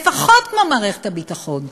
לפחות כמו במערכת הביטחון,